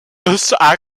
essentially